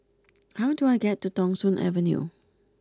how do I get to Thong Soon Avenue